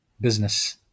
business